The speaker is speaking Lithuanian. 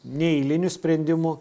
neeilinių sprendimų